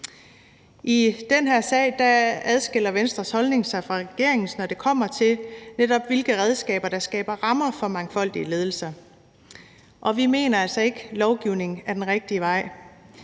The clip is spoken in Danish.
I den her sag adskiller Venstres holdning sig fra regeringens, når det kommer til, netop hvilke redskaber der skaber rammer for mangfoldige ledelser. Og vi mener altså ikke, at lovgivning er den rigtige vej.